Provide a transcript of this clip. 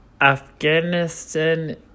Afghanistan